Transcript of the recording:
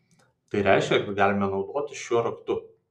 tai reiškia kad galime naudotis šiuo raktu